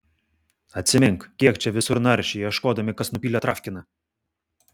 atsimink kiek čia visur naršė ieškodami kas nupylė travkiną